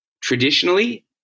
traditionally